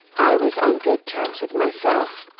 i was on good terms with myself,